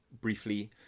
briefly